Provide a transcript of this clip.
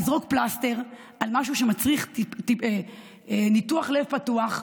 נזרוק פלסטר על משהו שמצריך ניתוח לב פתוח.